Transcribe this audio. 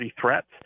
threats